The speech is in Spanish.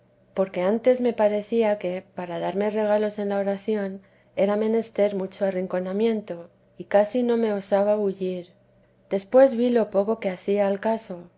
porque antes me parecía que para darme regalos en la oración era menester mucho arrinconamiento y casi no me osaba bullir después vi lo poco que hacía al caso